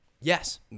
Yes